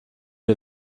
wir